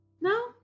No